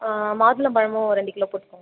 மாதுளம் பழமும் ரெண்டு கிலோ போட்டுக்கோங்க